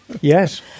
Yes